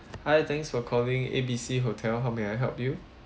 hi thanks for calling A B C hotel how may I help you